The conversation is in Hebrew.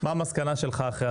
מה המסקנה שלך?